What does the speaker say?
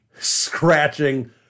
scratching